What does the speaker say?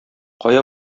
кая